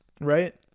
Right